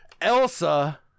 Elsa